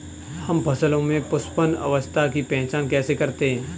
हम फसलों में पुष्पन अवस्था की पहचान कैसे करते हैं?